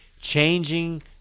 changing